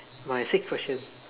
my sixth question